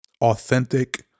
authentic